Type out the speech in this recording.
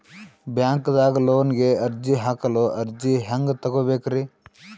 ಬ್ಯಾಂಕ್ದಾಗ ಲೋನ್ ಗೆ ಅರ್ಜಿ ಹಾಕಲು ಅರ್ಜಿ ಹೆಂಗ್ ತಗೊಬೇಕ್ರಿ?